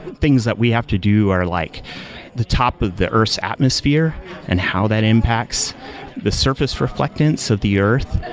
things that we have to do are like the top of the earth's atmosphere and how that impacts the surface reflectance of the earth,